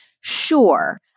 sure